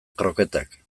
kroketak